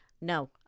No